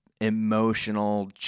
emotional